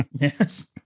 Yes